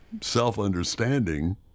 self-understanding